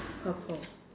purple